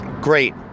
Great